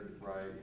right